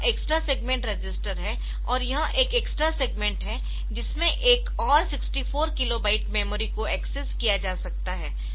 तो यह extra segment register है और यह एक एक्स्ट्रा सेगमेंट है जिसमें एक और 64 किलो बाइट मेमोरी को एक्सेस किया जा सकता है